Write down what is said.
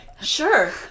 Sure